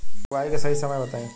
बुआई के सही समय बताई?